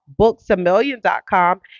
booksamillion.com